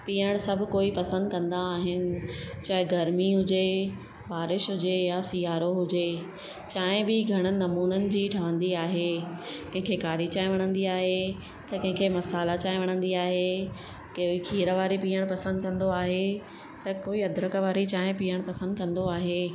पीअणु सभु कोई पसंद कंदा आहिनि चाहे गर्मी हुजे बारिश हुजे या सियारो हुजे चांहि बि घणनि नमूननि जी ठहंदी आहे कंहिंखे कारी चांहि वणंदी आहे त कंहिंखे मसाला चांहि वणंदी आहे कंहिं खीर वारी पीअणु पसंदि कंदो आहे त कोई अद्रक वारी चांहि पीअणु पसंदि कंदो आहे